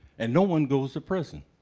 and no one goes to prison.